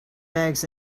bags